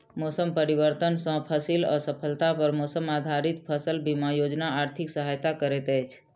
मौसम परिवर्तन सॅ फसिल असफलता पर मौसम आधारित फसल बीमा योजना आर्थिक सहायता करैत अछि